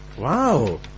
Wow